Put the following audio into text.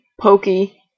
Pokey